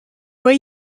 way